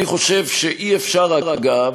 אני חושב שאי-אפשר, אגב,